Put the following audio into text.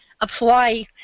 apply